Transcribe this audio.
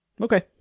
Okay